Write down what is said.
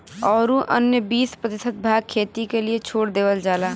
औरू अन्य बीस प्रतिशत भाग खेती क लिए छोड़ देवल जाला